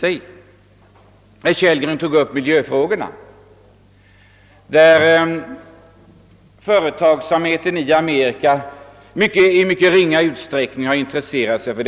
Herr Kellgren tog upp miljöfrågorna, som företagsamheten i Amerika i mycket ringa utsträckning har intresserat sig för.